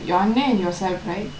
your annan and yourself right